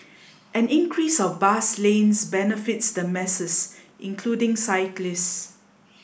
an increase of bus lanes benefits the masses including cyclists